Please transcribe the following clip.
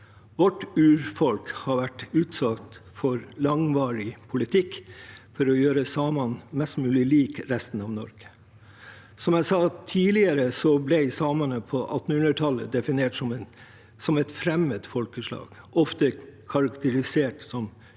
Vårt urfolk har vært utsatt for langvarig politikk for å gjøre samene mest mulig like resten av Norge. Som jeg sa tidligere, ble samene på 1800-tallet definert som et fremmed folkeslag og ofte karakterisert som